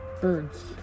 birds